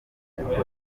yakorewe